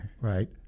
Right